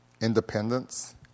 Independence